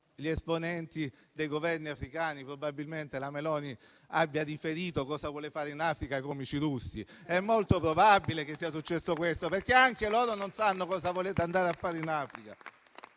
gli esponenti dei Governi africani, probabilmente la Meloni abbia riferito cosa vuole fare in Africa ai comici russi. È molto probabile che sia successo questo, perché anche gli africani non sanno cosa volete andare a fare in Africa.